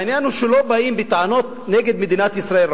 העניין הוא שלא באים בטענות נגד מדינת ישראל,